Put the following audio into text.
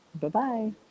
Bye-bye